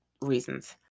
reasons